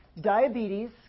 Diabetes